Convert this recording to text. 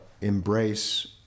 embrace